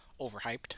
overhyped